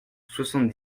soixante